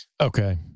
Okay